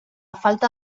falta